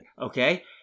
okay